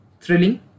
thrilling